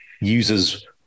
users